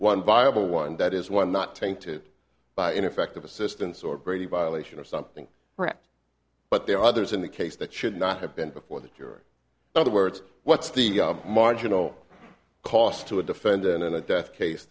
one viable one that is one not tainted by ineffective assistance or brady violation or something correct but there are others in the case that should not have been before that your other words what's the marginal cost to a defendant in a death case